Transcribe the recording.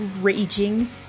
raging